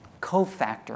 cofactor